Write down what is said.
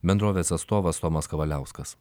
bendrovės atstovas tomas kavaliauskas